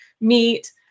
meet